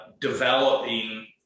developing